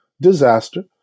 Disaster